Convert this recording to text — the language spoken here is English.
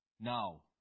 Now